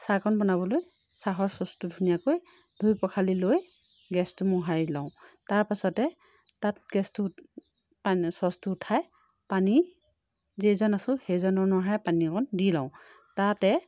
চাহকণ বনাবলৈ চাহৰ ছচটো ধুনীয়াকৈ ধুই পখালি লৈ গেছটো মোহাৰি লওঁ তাৰ পাছতে তাত গেছটোত পানী ছচটো উঠাই পানী যেইজন আছোঁ সেইজনৰ অনুসাৰে পানী অকণ দি লওঁ তাতে